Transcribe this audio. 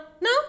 no